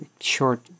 short